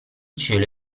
cielo